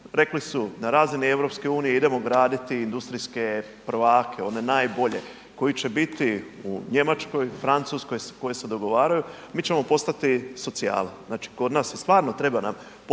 Rekli su na razini EU idemo graditi industrijske prvake, one najbolje koji će biti u Njemačkoj, Francuskoj, koje se dogovaraju, mi ćemo postati socijala. Znači, kod nas je stvarno treba nam